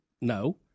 No